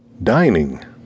Dining